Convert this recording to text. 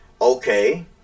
okay